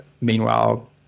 meanwhile